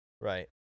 Right